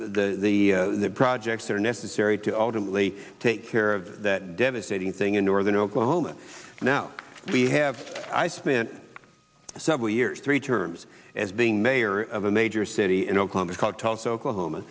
e the projects that are necessary to ultimately take care of that devastating thing in northern oklahoma now we have i spent several years three terms as being mayor of a major city in oklahoma called tulsa oklahoma